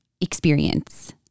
experience